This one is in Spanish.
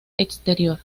exterior